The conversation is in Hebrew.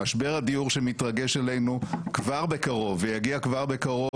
משבר הדיור שמתרגש עלינו כבר בקרוב ויגיע כבר בקרוב